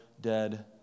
dead